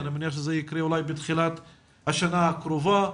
זה יקרה בתחילת השנה הקרובה,